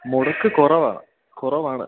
മുടക്ക് കുറവാ കുറവാണ്